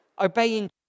Obeying